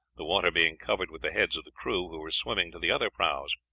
the water being covered with the heads of the crew, who were swimming to the other prahus.